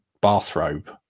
bathrobe